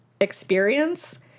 experience